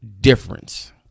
difference